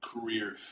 career